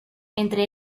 entre